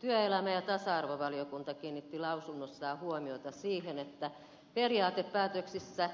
työelämä ja tasa arvovaliokunta kiinnitti lausunnossaan huomiota siihen että periaatepäätöksissä